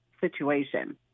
situation